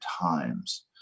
times